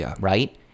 right